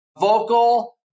vocal